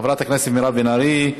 חברת הכנסת מירב בן ארי,